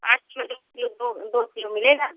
आठ सौ दो दो किलो मिलेगा